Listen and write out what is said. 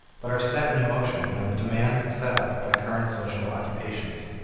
but are set in motion by the demands set up by current social occupations.